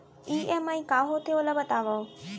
EMI का होथे, ओला बतावव